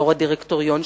יו"ר הדירקטוריון,